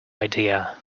idea